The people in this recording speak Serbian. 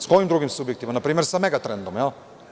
Sa kojim drugim subjektima, npr. sa Megatrendom, jel?